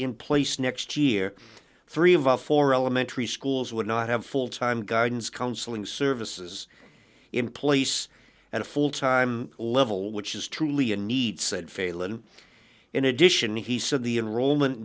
in place next year three of our four elementary schools would not have full time gardens counseling services in place and a full time level which is truly a need said failon in addition he said the enrollment